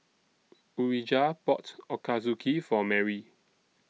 Urijah bought Ochazuke For Mary